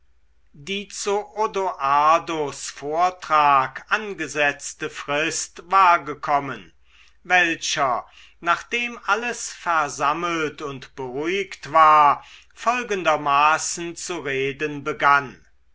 die zu odoardos vortrag angesetzte frist war gekommen welcher nachdem alles versammelt und beruhigt war folgendermaßen zu reden begann